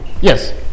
yes